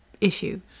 issue